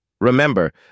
Remember